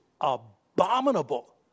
abominable